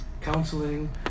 counseling